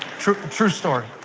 true the true story